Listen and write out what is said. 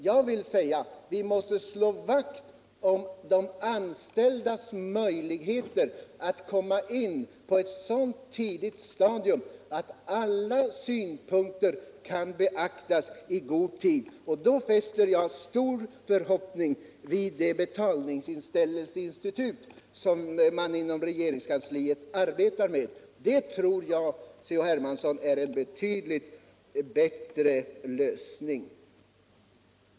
Jag vill säga: Vi måste slå vakt om de anställdas möjligheter att komma in på ett så tidigt stadium att alla synpunkter kan beaktas i god tid. Då fäster jag stora förhoppningar vid det betalningsinställelseinstitut som man arbetar med inom regeringskansliet. Det tror jag, C.-H. Hermansson, är en betydligt bättre lösning.